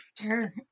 Sure